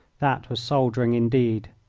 that was soldiering indeed.